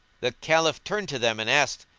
the caliph turned to them and asked,